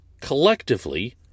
collectively